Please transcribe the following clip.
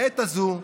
לעת הזאת,